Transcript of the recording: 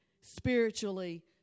spiritually